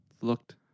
Looked